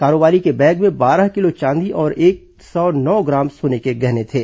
कारोबारी के बैग में बारह किलो चांदी और करीब एक सौ नौ ग्राम सोने के गहने थे